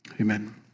Amen